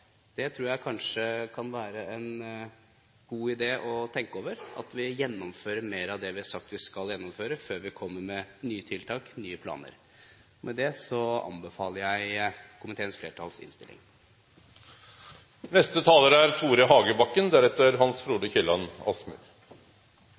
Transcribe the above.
tror kanskje det kan være en god idé å tenke over at vi gjennomfører mer av det vi har sagt vi skal gjennomføre, før vi kommer med nye tiltak, nye planer. Med det anbefaler jeg innstillingen fra komiteens flertall. Om komiteens flertall, slik sakens ordfører har redegjort for, ikke mener det er